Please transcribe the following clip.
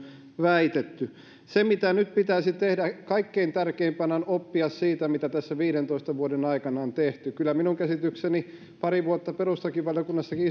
väitetty se mitä nyt pitäisi tehdä kaikkein tärkeimpänä on oppia siitä mitä tässä viidentoista vuoden aikana on tehty kyllä minun käsitykseni pari vuotta perustuslakivaliokunnassakin